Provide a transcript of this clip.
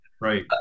Right